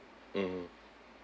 mm